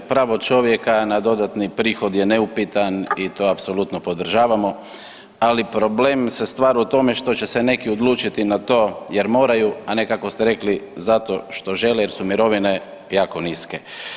Pravo čovjeka na dodatni prihod je neupitan i to apsolutno podržavamo, ali problem se stvara u tome što će se neki odlučiti na to jer moraju, a ne kako ste rekli, zato što žele, jer su mirovine jako niske.